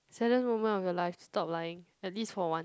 saddest moment of your life stop lying at least for one